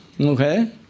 okay